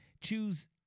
Choose